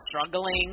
struggling